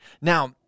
Now